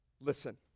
Listen